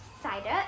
cider